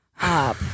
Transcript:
up